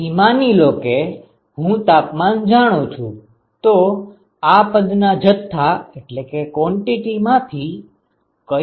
તેથી માની લો કે હું તાપમાન જાણું છું તો આ પદ ના જથ્થા માંથી કયો જથ્થો જાણીતો છે